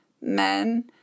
men